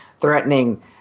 threatening